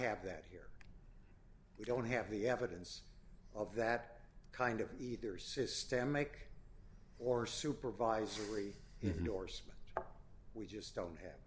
have that here we don't have the evidence of that kind of either systemic or supervisory indorsement we just don't have